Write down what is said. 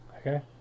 Okay